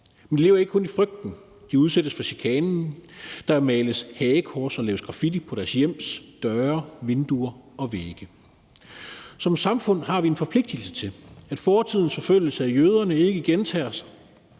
Men de lever ikke kun i frygten. De udsættes for chikanen. Der males hagekors og laves graffiti på deres hjems døre, vinduer og vægge. Som samfund har vi en forpligtigelse til, at fortidens forfølgelse af jøderne ikke gentager sig,